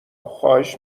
خواهش